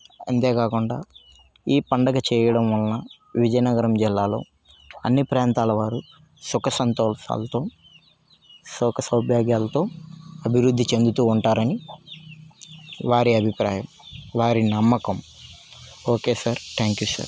అంతేకాకుండా ఈ పండుగ చేయడం వలన విజయనగరం జిల్లాలో అన్ని ప్రాంతాల వారు సుఖ సంతోషాలతో సుఖ సౌభాగ్యాలతో అభివృద్ధి చెందుతూ ఉంటారని వారి అభిప్రాయం వారి నమ్మకం okay sir thank you sir